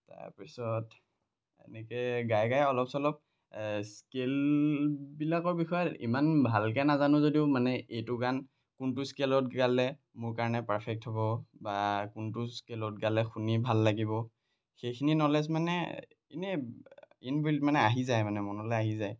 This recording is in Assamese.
তাৰপিছত এনেকৈ গাই গাই অলপ চলপ স্কিলবিলাকৰ বিষয়ে ইমান ভালকৈ নাজানো যদিও মানে এইটো গান কোনটো স্কেলত গালে মোৰ কাৰণে পাৰ্ফেক্ট হ'ব বা কোনটো স্কেলত গালে শুনি ভাল লাগিব সেইখিনি ন'লেজ মানে এনেই ইন বিল্ড মানে আহি যায় মানে মনলৈ আহি যায়